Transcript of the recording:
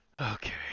Okay